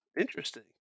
Interesting